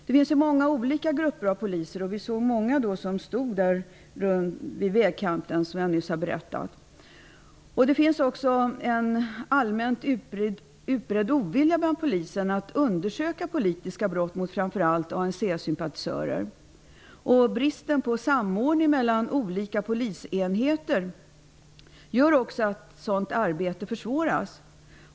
Det finns många olika grupper av poliser, och vi såg många som stod vid vägkanten, som jag nyss har berättat. Det finns en allmänt utbredd ovilja hos polisen att undersöka politiska brott mot framför allt ANC-sympatisörer. Bristen på samordning mellan olika polisenheter gör också att sådant arbete försvåras.